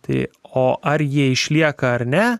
tai o ar jie išlieka ar ne